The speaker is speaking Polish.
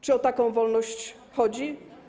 Czy o taką wolność chodzi?